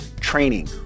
training